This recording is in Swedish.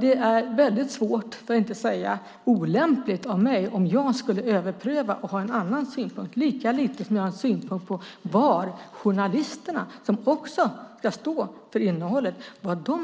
Det är svårt för att inte säga olämpligt av mig att överpröva det och ha en annan synpunkt. Lika lite har jag en synpunkt när det gäller var journalisterna som ska stå för innehållet